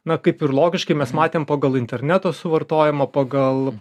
na kaip ir logiškai mes matėm pagal interneto suvartojimą pagal